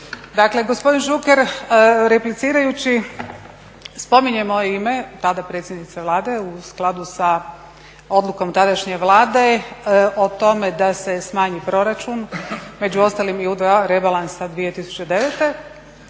gospodin Šuker replicirajući, spominje moje ime, tada predsjednice Vlade u skladu sa odlukom tadašnje Vlade o tome da se smanji proračun, među ostalim i u dva rebalansa 2009.,